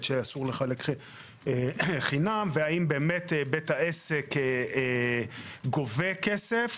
שאסור לחלק חינם והאם באמת בית העסק גובה כסף,